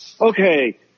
Okay